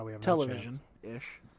television-ish